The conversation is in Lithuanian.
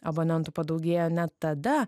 abonentų padaugėjo net tada